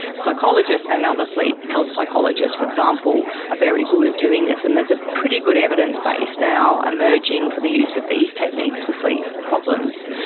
psychologists and other sleep health psychologists, for example ah very good at doing this, and there's a pretty good evidence base now emerging for the use of these techniques for sleep problems.